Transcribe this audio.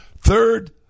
Third